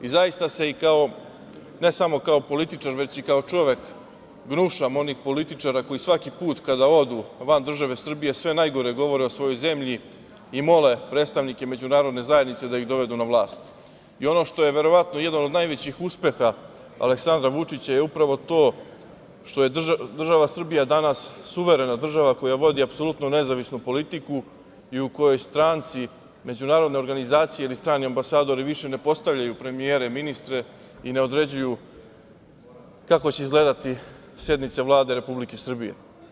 Zaista se ne samo kao političar već i kao čovek gnušam onih političara koji svaki put kada odu van države Srbije sve najgore govore o svojoj zemlji i mole predstavnike međunarodne zajednice da ih dovedu na vlast i ono što je verovatno jedan od najvećih uspeha Aleksandra Vučića je upravo to što je država Srbija danas suverena država koja vodi apsolutno nezavisnu politiku i u kojoj stranci, međunarodne organizacije i strani ambasadori više ne postavljaju premijere i ministre i ne određuju kako će izgledati sednice Vlade Republike Srbije.